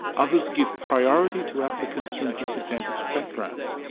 others give priority to applicants from disadvantaged backgrounds.